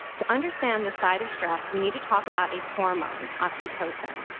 to understand this side of stress, we need to talk about a hormone, oxytocin,